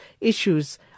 issues